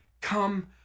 come